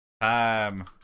time